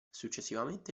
successivamente